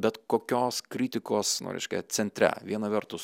bet kokios kritikos na reiškia centre viena vertus